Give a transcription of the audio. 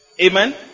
Amen